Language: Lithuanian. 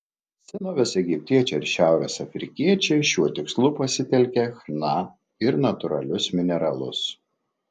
senovės egiptiečiai ir šiaurės afrikiečiai šiuo tikslu pasitelkė chna ir natūralius mineralus